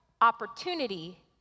opportunity